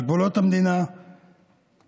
על גבולות המדינה בצפון,